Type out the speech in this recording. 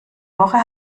woche